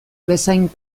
bezain